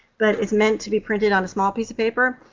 but it's meant to be printed on a small piece of paper.